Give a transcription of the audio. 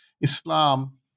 Islam